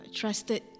trusted